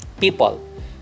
people